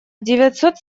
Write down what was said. девятьсот